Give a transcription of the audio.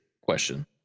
question